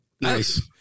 Nice